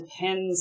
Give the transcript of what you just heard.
depends